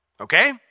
Okay